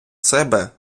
себе